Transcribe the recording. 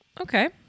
okay